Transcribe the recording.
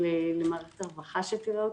או למערכת הרווחה שתראה אותו,